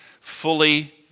fully